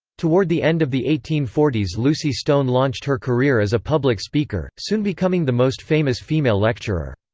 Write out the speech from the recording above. toward the end of the eighteen forty s lucy stone launched her career as a public speaker, soon becoming the most famous female lecturer.